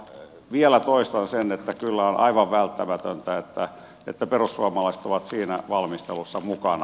vielä toistan sen että kyllä on aivan välttämätöntä että perussuomalaiset ovat siinä valmistelussa mukana